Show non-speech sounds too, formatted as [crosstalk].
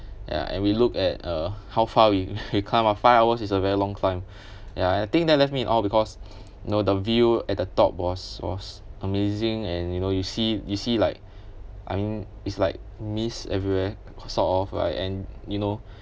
ya and we look at uh how far we [laughs] we climbed up five hours is a very long time ya I think that left me in awe because know the view at the top was was amazing and you know you see you see like I mean it's like mist everywhere sort of right and you know